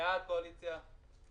בעד, קואליציה.